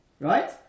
Right